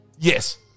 Yes